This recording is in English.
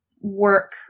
work